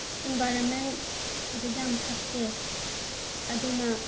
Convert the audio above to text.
environment ꯍꯧꯖꯤꯛ ꯌꯥꯝ ꯐꯠꯇꯦ ꯑꯗꯨꯅ